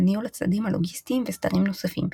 ניהול הצדדים הלוגיסטיים וסדרים נוספים,